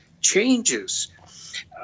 changes